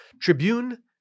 Tribune